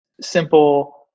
simple